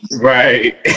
right